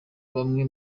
bamwe